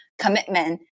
commitment